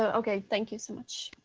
okay. thank you so much.